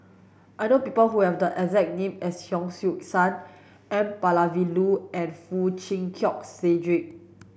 I know people who have the exact name as Hon Sui Sen N Palanivelu and Foo Chee Keng Cedric